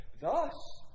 Thus